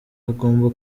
agomba